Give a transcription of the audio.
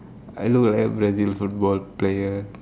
I look like a Brazil football player